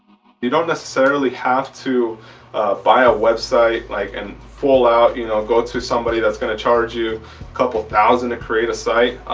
you don't necessarily have to buy a website. like and full out you know go to somebody that's going to charge you a couple thousand to create a site.